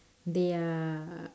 they are